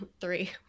three